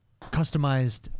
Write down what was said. customized